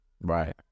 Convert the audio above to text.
Right